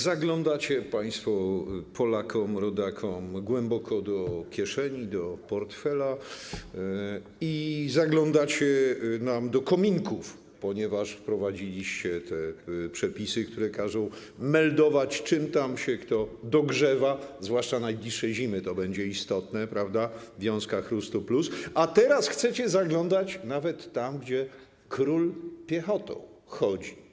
Zaglądacie państwo Polakom, rodakom głęboko do kieszeni, do portfela, zaglądacie nam do kominków, ponieważ wprowadziliście te przepisy, które każą meldować, czym się kto dogrzewa, zwłaszcza najbliższej zimy to będzie istotne, wiązka chrustu+, a teraz chcecie zaglądać nawet tam, gdzie król piechotą chodzi.